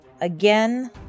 again